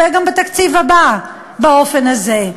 והוא יהיה גם בתקציב הבא באופן הזה.